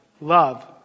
Love